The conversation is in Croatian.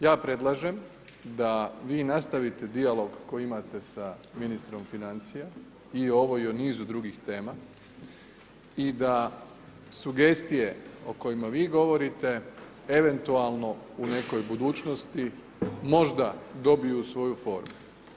Ja predlažem da vi nastavite dijalog koji imate sa ministrom financija i o ovoj i o nizu drugih tema i da sugestije o kojima vi govorite, eventualno u nekoj budućnosti možda dobiju svoju formu.